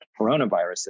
coronaviruses